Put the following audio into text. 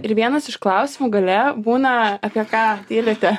ir vienas iš klausimų gale būna apie ką tylite